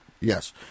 Yes